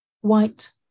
white